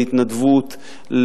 להתנדבות,